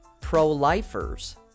pro-lifers